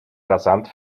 rasant